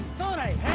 thought i